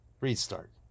restart